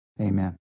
Amen